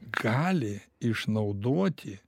gali išnaudoti